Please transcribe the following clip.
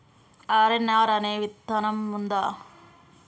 RNR అనే విత్తనం ఉందా?